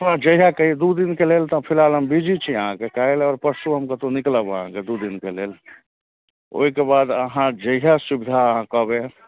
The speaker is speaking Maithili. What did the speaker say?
अहाँ जहिआ कही दुइ दिनके लेल तऽ फिलहाल हम बिजी छी अहाँके काल्हि आओर परसू हम कतहु निकलब अहाँके दुइ दिनके लेल ओहिके बाद अहाँ जहिआ सुविधा अहाँ कहबै